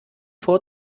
vor